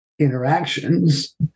interactions